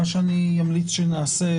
מה שאני אמליץ שנעשה,